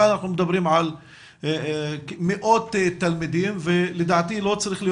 כאן אנחנו מדברים על מאות תלמידים ולדעתי לא צריך להיות